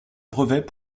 brevet